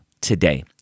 today